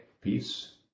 Peace